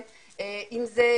אם זאת